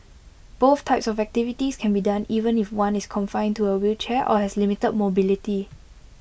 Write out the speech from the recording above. both types of activities can be done even if one is confined to A wheelchair or has limited mobility